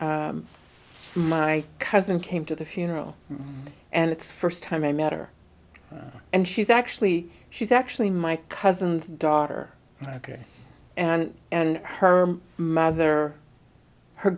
died my cousin came to the funeral and it's first time i met her and she's actually she's actually my cousin's daughter ok and and her mother her